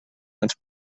ens